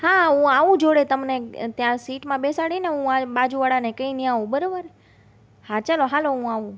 હા હું આવું જોડે તમને ત્યાં સીટમાં બેસાડીને હું બાજુવાળાને ને કહીને આવું બરાબર હા ચાલો હાલો હું આવું